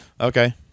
Okay